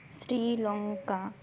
Sri Lanka